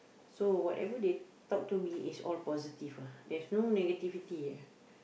so whatever they talk to me is all positive ah there's no negativity ah